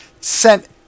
sent